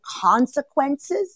consequences